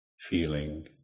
feeling